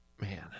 man